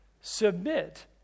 Submit